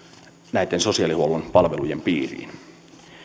näitten sosiaalihuollon palvelujen piiriin